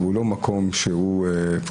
במקום שנה שנתיים,